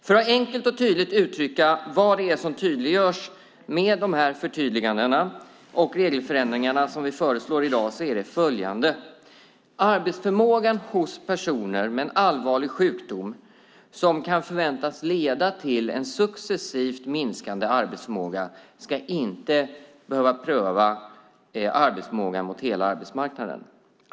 För att enkelt och tydligt uttrycka vad det är som tydliggörs med de förtydliganden och regelförändringar som vi föreslår i dag vill jag räkna upp följande. Arbetsförmågan hos personer med en allvarlig sjukdom som kan förväntas leda till en successivt minskande arbetsförmåga ska inte behöva prövas mot hela arbetsmarknaden.